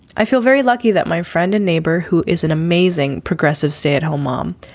i feel very lucky that my friend and neighbor, who is an amazing progressive stay at home mom,